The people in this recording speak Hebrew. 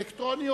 אלקטרוני?